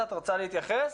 את רוצה להתייחס?